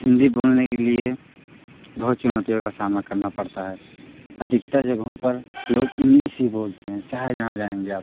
हिंदी बोलने के लिए बहुत चुनौतियों का सामना करना पड़ता है अधिकतर जगहों पर लोग इंग्लिश ही बोलते हैं चाहे जहाँ जाएंगे आप